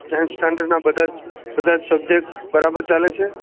tenth સ્ટાન્ડર્ડના બધા જ બધા જ સબ્જેક્ટ બરાબર ચાલે છે